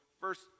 first